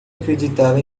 acreditava